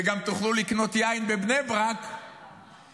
וגם תוכלו לקנות יין בבני ברק ב-24:00.